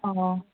ᱦᱚᱸ